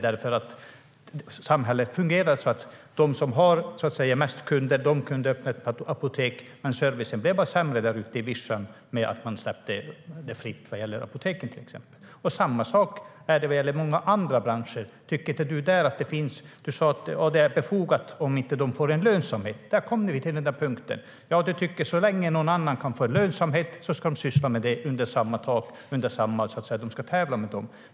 Det fungerar så att de som hade mest kunder kunde öppna ett apotek, medan servicen bara blev sämre där ute på vischan när man släppte apoteken fria. Samma sak är det när det gäller många andra branscher. Du tycker att så länge någon annan kan få lönsamhet ska de syssla med verksamheten under samma tak, att man ska tävla med dem.